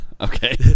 Okay